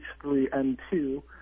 H3N2